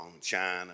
China